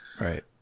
Right